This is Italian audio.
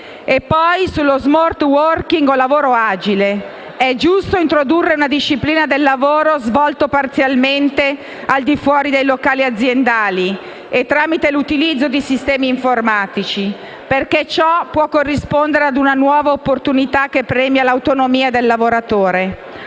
E poi, sullo *smart working* o lavoro agile, è giusto introdurre una disciplina del lavoro svolto parzialmente al di fuori dei locali aziendali e tramite l'utilizzo di sistemi informatici, perché ciò può corrispondere a una nuova opportunità che premia l'autonomia del lavoratore.